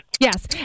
Yes